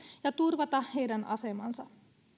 ja turvata heidän asemansa